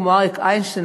כמו אריק איינשטיין,